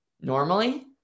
normally